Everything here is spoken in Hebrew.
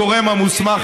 שהוא הגורם המוסמך,